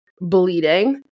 bleeding